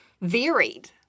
varied